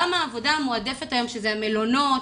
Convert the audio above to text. גם העבודה המועדפת היום שזה המלונות,